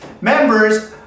members